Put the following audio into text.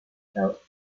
boat